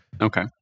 Okay